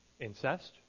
incest